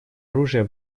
оружия